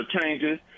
changes